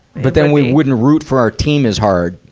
but then we wouldn't root for our team as hard.